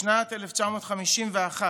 בשנת 1951